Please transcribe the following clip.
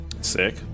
sick